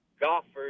golfers